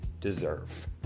deserve